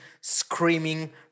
screaming